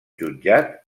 jutjat